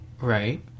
Right